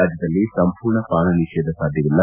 ರಾಜ್ಯದಲ್ಲಿ ಸಂಪೂರ್ಣ ಪಾನ ನಿಷೇಧ ಸಾಧ್ಯವಿಲ್ಲ